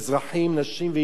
נשים וילדים,